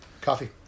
Coffee